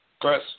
Chris